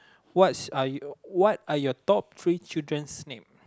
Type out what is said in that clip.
what's are you what are your top three children's name